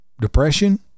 depression